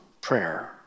prayer